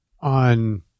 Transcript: on